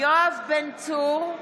יואב בן צור,